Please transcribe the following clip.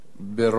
2 נתקבלו.